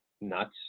nuts